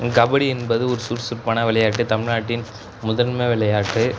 கபடி என்பது ஒரு சுறுசுறுப்பான விளையாட்டு தமிழ்நாட்டின் முதன்மை விளையாட்டு